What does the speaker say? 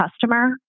customer